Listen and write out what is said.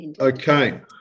Okay